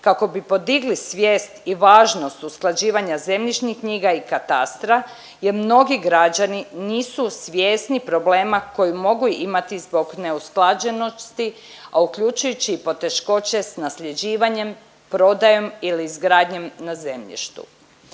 kako bi podigli svijest i važnost usklađivanja zemljišnih knjiga i katastra jer mnogi građani nisu svjesni problema koji mogu imati zbog neusklađenosti, a uključujući i poteškoće s nasljeđivanjem, prodajom ili izgradnjom na zemljištu.